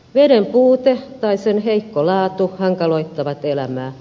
veden puute tai heikko laatu hankaloittavat elämää